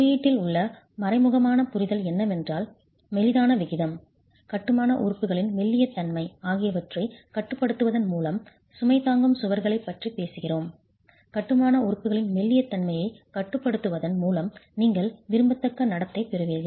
குறியீட்டில் உள்ள மறைமுகமான புரிதல் என்னவென்றால் மெலிதான விகிதம் கட்டுமான உறுப்புகளின் மெல்லிய தன்மை ஆகியவற்றைக் கட்டுப்படுத்துவதன் மூலம் சுமை தாங்கும் சுவர்களைப் பற்றி பேசுகிறோம் கட்டுமான உறுப்புகளின் மெல்லிய தன்மையைக் கட்டுப்படுத்துவதன் மூலம் நீங்கள் விரும்பத்தக்க நடத்தை பெறுகிறீர்கள்